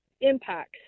Impacts